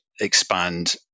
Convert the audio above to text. expand